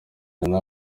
nyina